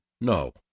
no